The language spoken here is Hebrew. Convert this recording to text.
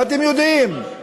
ואתם יודעים,